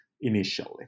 initially